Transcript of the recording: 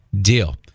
deal